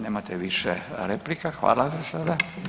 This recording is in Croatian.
Nemate više replika, hvala za sada.